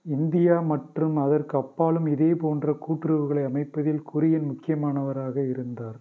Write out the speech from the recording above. India மற்றும் அதற்கு அப்பாலும் இதே போன்ற கூட்டுறவுகளை அமைப்பதில் குரியன் முக்கியமானவராக இருந்தார்